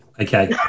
Okay